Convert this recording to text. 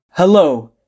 Hello